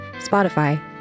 Spotify